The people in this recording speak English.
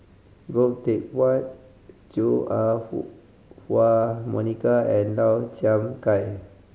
Goh Teck Phuan Chua Ah Huwa Monica and Lau Chiap Khai